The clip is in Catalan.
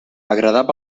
agradava